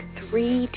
three